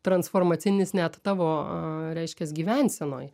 transformacinis net tavo reiškias gyvensenoj